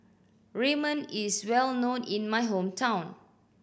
ramen is well known in my hometown